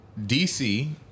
DC